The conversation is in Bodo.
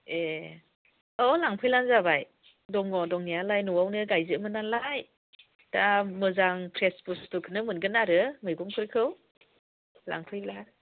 ए औ लांफैब्लानो जाबाय दङ दंनायालाय न'आवनो गायजोबो नालाय दा मोजां फ्रेस बुस्थुखौनो मोनगोन आरो मैगंफोरखौ लांफैब्ला